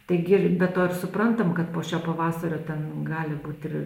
taigi ir be to ir suprantam kad po šio pavasario ten gali būt ir